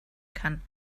kann